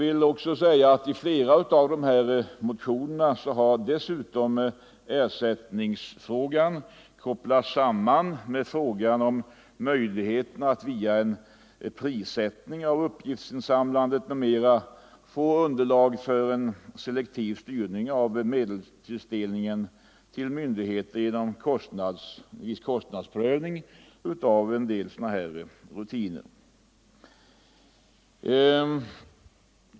I flera av dessa motioner har också ersättningsfrågan kopplats samman med frågan om möjligheterna att via en prissättning av uppgiftsinsamlandet m.m. få underlag för en selektiv styrning av medelstilldelningen till myndigheter genom viss kostnadsprövning av en del rutiner.